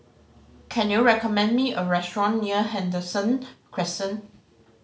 can you recommend me a restaurant near Henderson Crescent